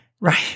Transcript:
Right